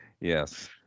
yes